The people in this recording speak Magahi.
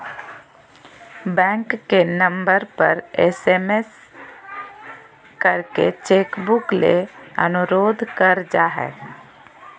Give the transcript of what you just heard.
बैंक के नम्बर पर एस.एम.एस करके चेक बुक ले अनुरोध कर जा हय